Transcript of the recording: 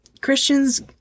Christians